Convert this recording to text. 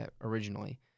originally